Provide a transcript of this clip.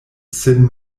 sin